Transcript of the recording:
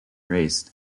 raised